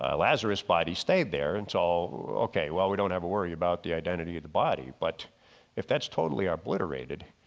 ah lazarus body stayed there. and so okay well we don't have a worry about the identity of the body but if that's totally obliterated,